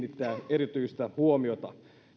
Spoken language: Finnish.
erityistä huomiota